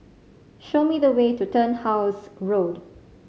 show me the way to Turnhouse Road